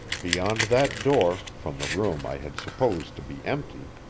beyond that door, from the room i had supposed to be empty,